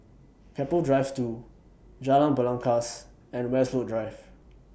Keppel Drive two Jalan Belangkas and Westwood Drive